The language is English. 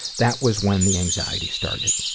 that was when the anxiety started.